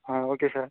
ah okay sir